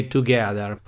Together